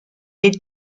les